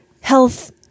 health